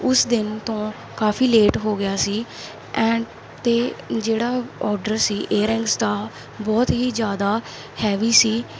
ਉਸ ਦਿਨ ਤੋਂ ਕਾਫੀ ਲੇਟ ਹੋ ਗਿਆ ਸੀ ਐਂਡ 'ਤੇ ਜਿਹੜਾ ਆਰਡਰ ਸੀ ਏਅਰਿੰਗਸ ਦਾ ਬਹੁਤ ਹੀ ਜ਼ਿਆਦਾ ਹੈਵੀ ਸੀ